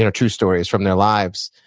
and true stories from their lives.